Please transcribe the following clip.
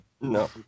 No